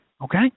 Okay